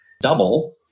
double